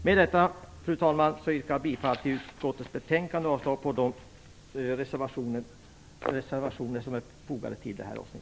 Med det anförda yrkar jag bifall till hemställan i utskottets betänkande och avslag på de reservationer som har fogats till betänkandet.